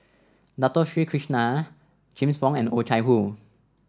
Dato Sri Krishna James Wong and Oh Chai Hoo